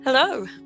Hello